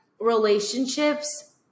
relationships